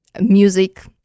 music